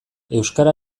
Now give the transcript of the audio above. euskara